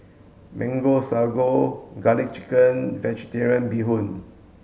mango sago garlic chicken vegetarian bee hoon